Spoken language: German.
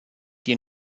die